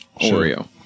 Oreo